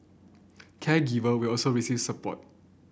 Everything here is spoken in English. caregiver will also receive support